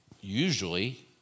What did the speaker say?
Usually